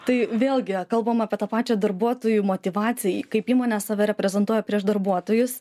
tai vėlgi kalbam apie tą pačią darbuotojų motyvaciją kaip įmonė save reprezentuoja prieš darbuotojus